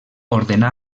ordenà